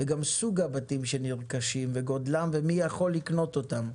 וגם זה תלוי בסוג הבתים שנרכשים ובגודלם ומי יכול לקנות אותם.